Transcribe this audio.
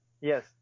Yes